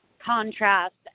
Contrast